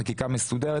חקיקה מסודרת.